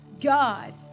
God